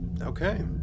Okay